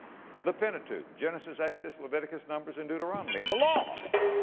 the pentateuch genesis, exodus, leviticus, numbers and deuteronomy. the law,